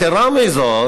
יתרה מזו,